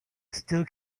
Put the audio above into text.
still